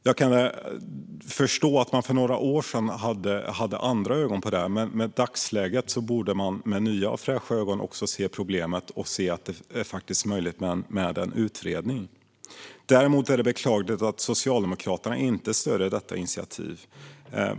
Jag kan förstå att man för några år sedan såg på detta med andra ögon, men i dagsläget borde man med nya och fräscha ögon se problemet och se möjligheterna med en utredning. Däremot är det beklagligt att Socialdemokraterna inte stöder detta initiativ.